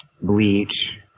Bleach